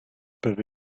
peuvent